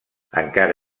encara